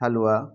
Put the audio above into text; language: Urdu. حلوہ